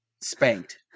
spanked